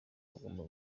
bagomba